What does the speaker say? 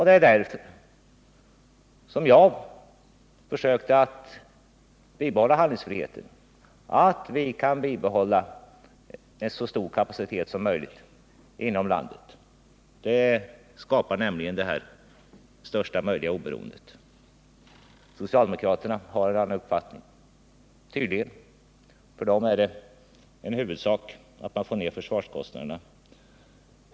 Det var därför jag försökte bibehålla handlingsfriheten för att vi skulle kunna ha en så stor kapacitet som möjligt inom landet. Det skapar nämligen det största möjliga oberoendet. Socialdemokraterna har tydligen en annan uppfattning. För dem är det en huvudsak att få ned försvarskostnaderna.